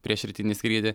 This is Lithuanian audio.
prieš rytinį skrydį